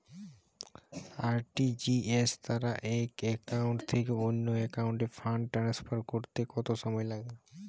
RTGS দ্বারা এক account থেকে অন্য একাউন্টে ফান্ড ট্রান্সফার করতে কত সময় লাগে?